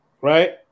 right